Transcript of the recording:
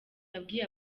yabwiye